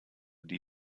die